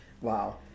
wow